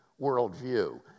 worldview